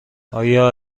آیا